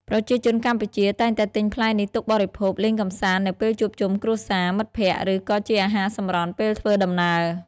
ប្រជាជនកម្ពុជាតែងតែទិញផ្លែនេះទុកបរិភោគលេងកម្សាន្តនៅពេលជួបជុំក្រុមគ្រួសារ មិត្តភក្តិ ឬក៏ជាអាហារសម្រន់ពេលធ្វើដំណើរ។